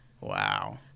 Wow